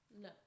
No